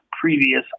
previous